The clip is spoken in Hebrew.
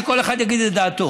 שכל אחד יגיד את דעתו.